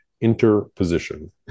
Interposition